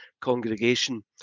congregation